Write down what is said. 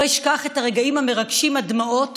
לא אשכח את הרגעים המרגשים עד דמעות